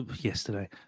yesterday